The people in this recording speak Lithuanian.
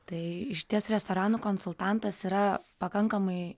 tai išties restoranų konsultantas yra pakankamai